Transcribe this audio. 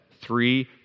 three